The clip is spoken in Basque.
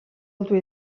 altua